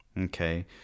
Okay